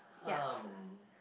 ya